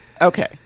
Okay